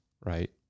right